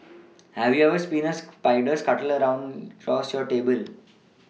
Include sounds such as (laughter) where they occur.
have you ever (unintelligible) a spider scuttle a down yours your table